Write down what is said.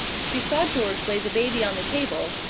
she saw george lay the baby on the table,